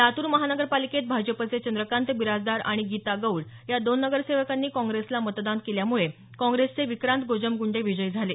लातूर महानगरपालिकेत भाजपचे चंद्रकांत बिराजदार आणि गीता गौड या दोन नगरसेवकांनी कॉग्रेसला मतदान केल्यामुळे कॉग्रेसचे विक्रांत गोजमग़ंडे विजयी झाले